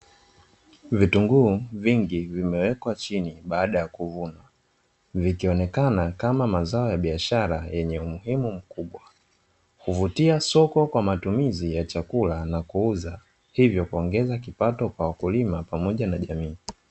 Vitunguu vingi vimewekwa chini baada ya kuvunwa, vikionekana kama mazao ya biashara yenye umuhimu mkubwa. Huvutia soko kwa matumizi ya chakula na kuuza hivyo kuongeza kipato kwa wakulima pamoja na jamii.